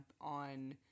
on